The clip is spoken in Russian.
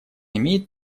имеет